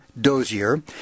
Dozier